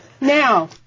Now